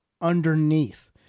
underneath